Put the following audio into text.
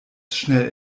schnell